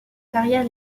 carrière